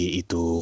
itu